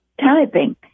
typing